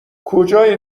کجای